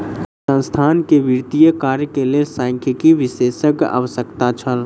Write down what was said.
संस्थान के वित्तीय कार्य के लेल सांख्यिकी विशेषज्ञक आवश्यकता छल